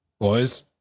Boys